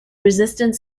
resistant